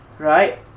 Right